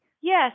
Yes